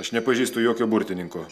aš nepažįstu jokio burtininko